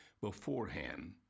beforehand